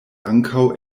ankaŭ